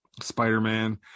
spider-man